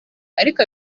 ariko